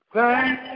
Thank